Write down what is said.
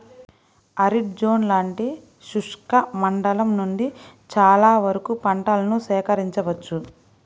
arid zone లాంటి శుష్క మండలం నుండి చాలా వరకు పంటలను సేకరించవచ్చు